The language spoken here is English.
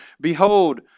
Behold